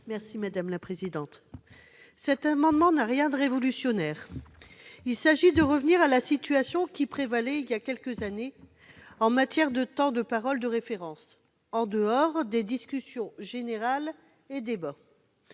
Mme Michelle Gréaume. Cet amendement n'a rien de révolutionnaire : il vise à revenir à la situation qui prévalait voilà quelques années en matière de temps de parole de référence, en dehors des discussions générales et débats.